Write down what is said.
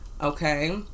okay